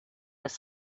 was